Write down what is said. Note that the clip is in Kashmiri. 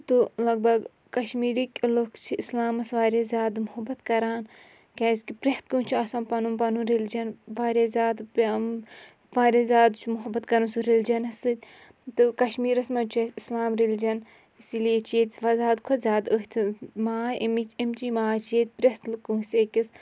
تہٕ لَگ بَگ کَشمیٖرٕکۍ لٕکھ چھِ اِسلامَس واریاہ زیادٕ محبت کَران کیٛازکہِ پرٛٮ۪تھ کٲنٛسہِ چھُ آسان پَنُن پَنُن ریٚلِجَن واریاہ زیادٕ واریاہ زیادٕ چھُ محبت کَران سُہ ریٚلِجَنَس سۭتۍ تہٕ کَشمیٖرَس منٛز چھُ اَسہِ اِسلام ریٚلِجَن اِسی لیے چھِ ییٚتہِ وَ زیادٕ کھۄتہٕ زیادٕ أتھۍ ماے اَمِچ اَمچی ماے چھِ ییٚتہِ پرٛٮ۪تھ لہٕ کٲنٛسہِ أکِس